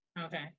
Okay